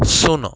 ଶୂନ